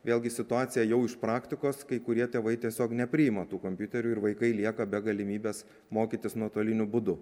vėlgi situacija jau iš praktikos kai kurie tėvai tiesiog nepriima tų kompiuterių ir vaikai lieka be galimybės mokytis nuotoliniu būdu